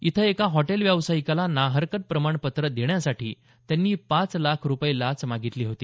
इथं एका हॉटेल व्यावसायिकाला ना हरकत प्रमाणपत्र देण्यासाठी त्यांनी पाच लाख रुपये लाच मागितली होती